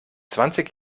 zwanzig